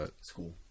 school